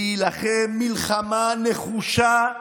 להילחם מלחמה נחושה באויבינו.